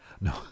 No